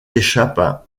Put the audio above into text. échappent